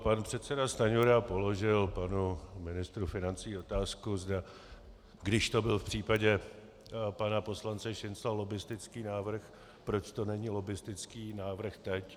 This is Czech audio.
Pane předseda Stanjura položil panu ministru financí otázku, když to byl v případě pana poslance Šincla lobbistický návrh, proč to není lobbistický návrh teď.